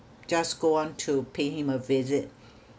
just go on to pay him a visit